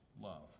love